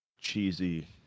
cheesy